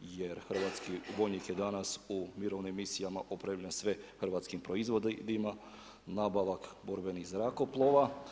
jer hrvatski vojnik je danas u mirovnim misijama opremljen sve hrvatskim proizvodima, nabava borbenih zrakoplova.